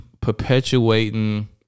perpetuating